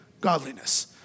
godliness